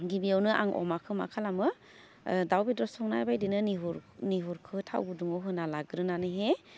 गिबियावनो आं अमाखौ मा खालामो दाउ बेदर संनाय बायदिनो निहुर निहुरखौ थाव गुदुङाव होना लाग्रोनानैहे